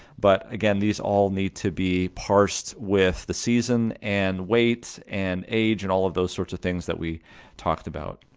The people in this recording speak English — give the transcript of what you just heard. but again these all need to be parsed with the season and weight and age and all of those sorts of things that we talked about.